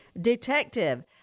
detective